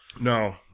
No